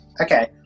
okay